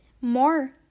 more